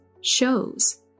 shows